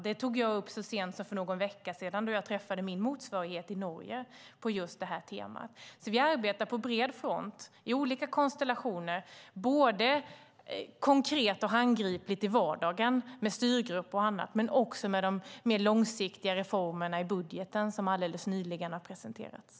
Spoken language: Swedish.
Det tog jag upp så sent som för någon vecka sedan, då jag träffade min motsvarighet i Norge på just detta tema. Vi arbetar alltså på bred front i olika konstellationer, inte bara konkret och handgripligen i vardagen med styrgrupp och annat utan också med de mer långsiktiga reformerna i den budget som alldeles nyligen har presenterats.